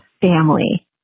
family